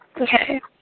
Okay